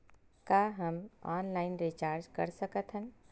का हम online recharge कर सकत हन?